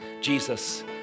Jesus